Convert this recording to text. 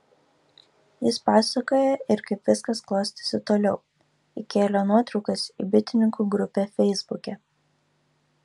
jis pasakoja ir kaip viskas klostėsi toliau įkėlė nuotraukas į bitininkų grupę feisbuke